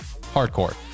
hardcore